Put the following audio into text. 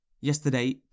Yesterday